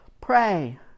Pray